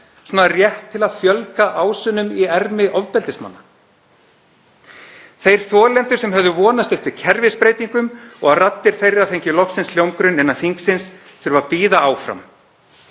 svona rétt til að fjölga ásunum í ermi ofbeldismanna. Þeir þolendur sem höfðu vonast eftir kerfisbreytingum og að raddir þeirra fengju loksins hljómgrunn innan þingsins þurfa að bíða áfram